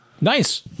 Nice